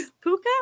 Puka